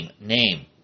name